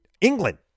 England